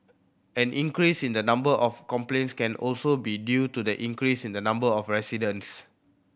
an increase in the number of complaints can also be due to the increase in the number of residents